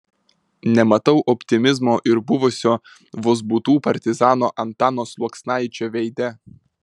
nematau optimizmo ir buvusio vozbutų partizano antano sluoksnaičio veide